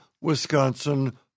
Wisconsin